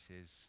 says